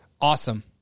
Awesome